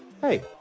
hey